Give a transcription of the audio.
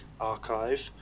archive